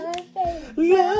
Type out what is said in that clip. Love